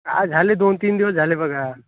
आ झाले दोन तीन दिवस झाले बघा